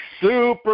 super